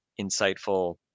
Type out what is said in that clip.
insightful